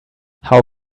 how